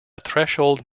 threshold